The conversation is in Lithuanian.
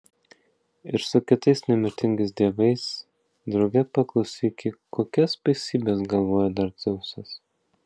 ir su kitais nemirtingais dievais drauge paklausyki kokias baisybes galvoja dar dzeusas